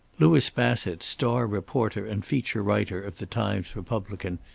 louis bassett, star reporter and feature writer of the times-republican,